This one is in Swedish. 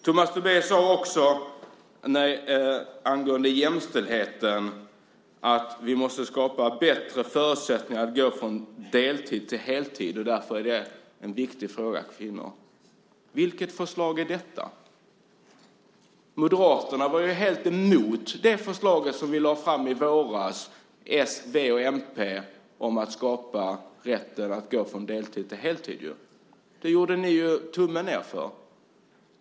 Tomas Tobé sade också angående jämställdheten att vi måste skapa bättre förutsättningar att gå från deltid till heltid; det är en viktig fråga för kvinnor. Vilket förslag är detta? Moderaterna var helt emot det förslag som vi - s, v och mp - lade fram i våras om att skapa rätten att gå från deltid till heltid. Det gjorde ni tummen ned för.